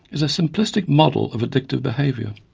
is a simplistic model of addictive behaviour.